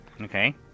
Okay